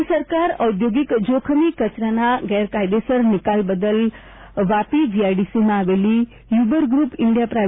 રાજ્ય સરકાર દ્વારા ઔધોગિક જોખમી કચરાના ગેરકાયદેસર નિકાલ બદલ વાપી જીઆઇડીસીમાં આવેલી હયુબર ગ્રુપ ઇન્ડીયા પ્રા